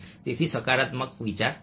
તેથી સકારાત્મક વિચાર રાખો